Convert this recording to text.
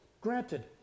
granted